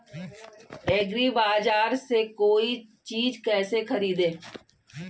एग्रीबाजार से कोई चीज केसे खरीदें?